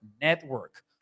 Network